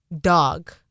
dog